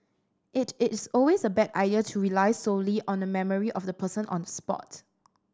it is always a bad idea to rely solely on the memory of the person on the spot